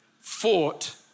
fought